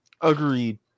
Agreed